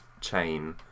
chain